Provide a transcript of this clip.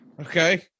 Okay